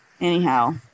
Anyhow